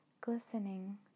glistening